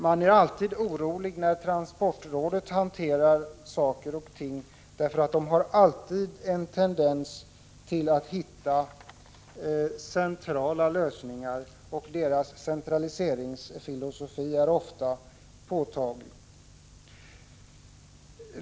Man är alltid orolig när transportrådet hanterar saker och ting, eftersom transportrådet genomgående har en tendens att hitta centrala lösningar. Rådets centraliseringsfilosofi är ofta påtaglig.